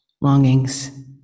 longings